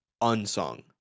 unsung